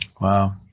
Wow